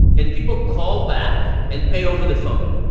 and people call back and pay over the phone.